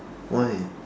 why